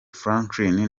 franklin